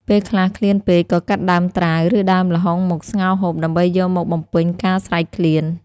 ពេលខ្លះឃ្លានពេកក៏កាត់ដើមត្រាវ ឬដើមល្ហុងមកស្ងោរហូប ដើម្បីយកមកបំពេញការស្រែកឃ្លាន។